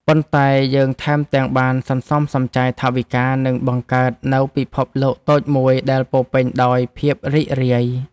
ប៉ុន្តែយើងថែមទាំងបានសន្សំសំចៃថវិកា និងបង្កើតនូវពិភពលោកតូចមួយដែលពោរពេញដោយភាពរីករាយ។